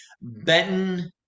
benton